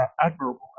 admirable